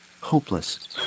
hopeless